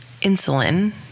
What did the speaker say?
insulin